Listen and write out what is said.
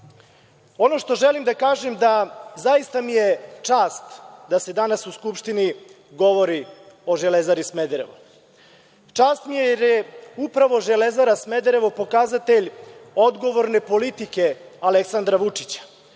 što želim da kažem da mi je zaista čast da se danas u Skupštini govori o „Železari Smederevo“. Čast mi je jer je upravo „Železara Smederevo“ pokazatelj odgovorne politike Aleksandara Vučića.